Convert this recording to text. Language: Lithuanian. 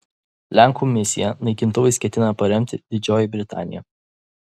lenkų misiją naikintuvais ketina paremti didžioji britanija